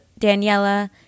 Daniela